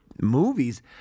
movies